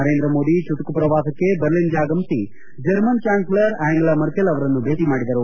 ನರೇಂದ್ರಮೋದಿ ಚುಟುಕು ಪ್ರವಾಸಕ್ಕೆ ಬರ್ಲಿನ್ಗೆ ಆಗಮಿಸಿ ಜರ್ಮನ್ ಛಾನ್ಸಲರ್ ಆಂಗೆಲಾ ಮರ್ಕಲ್ ಅವರನ್ನು ಭೇಟಿ ಮಾಡಿದರು